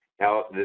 now